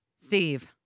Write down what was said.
Steve